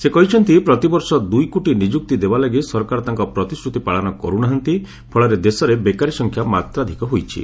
ସେ କହିଛନ୍ତି ପ୍ରତିବର୍ଷ ଦୂଇ କୋଟି ନିଯୁକ୍ତି ଦେବା ଲାଗି ସରକାର ତାଙ୍କ ପ୍ରତିଶ୍ରତି ପାଳନ କର୍ ନାହାନ୍ତି ଫଳରେ ଦେଶରେ ବେକାରି ସଂଖ୍ୟା ମାତ୍ରାଧିକ ହୋଇଛି